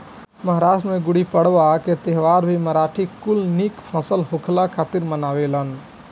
महाराष्ट्र में गुड़ीपड़वा के त्यौहार भी मराठी कुल निक फसल होखला खातिर मनावेलन